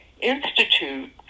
Institute